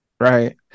Right